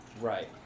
Right